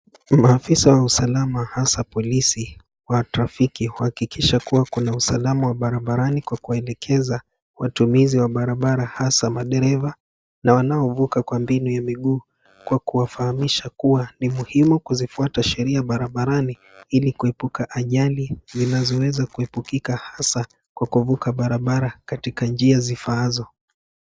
Maafisa wa usalama, hasa polisi wa trafiki, huhakikisha kuwa kuna usalama wa barabarani kwa kuwaelekeza watumizi wa barabara hasa madereva na wanaovuka kwa mbinu ya miguu kwa kuwafahamisha kuwa ni muhimu kuzifuata sheria barabarani ili kuepuka ajali zinazoweza kuepukika hasa kwa kuvuka barabara katika njia zifaazo.